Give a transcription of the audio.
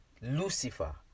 Lucifer